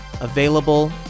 available